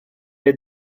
est